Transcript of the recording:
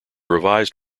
revised